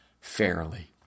fairly